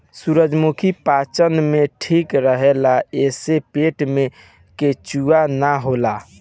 सूरजमुखी पाचन में ठीक रहेला एसे पेट में केचुआ ना होला